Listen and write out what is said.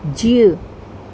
जीउ